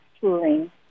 touring